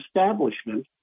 establishment